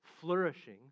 flourishing